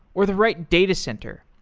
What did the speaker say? or the right datacenter.